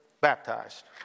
baptized